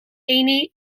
eni